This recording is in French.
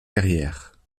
carrière